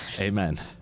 Amen